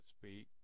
speak